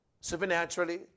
Supernaturally